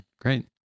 Great